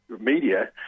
Media